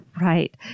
Right